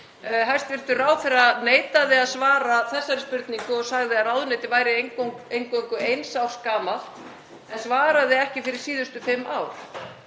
Hæstv. ráðherra neitaði að svara þessari spurningu og sagði að ráðuneytið væri eingöngu eins árs gamalt en svaraði ekki fyrir síðustu fimm ár.